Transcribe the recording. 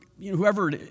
whoever